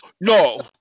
no